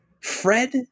Fred